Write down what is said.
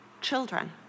children